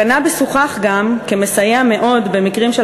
קנאביס הוכח גם כמסייע מאוד במקרים של